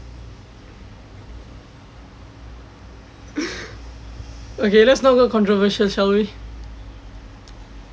okay let's not go controversial shall we